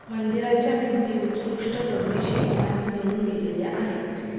मंदिराच्या भिंती उत्कृष्ट दगडी शिल्पांनी भरून गेलेल्या आहेत